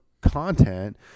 content